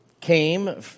came